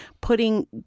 putting